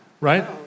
right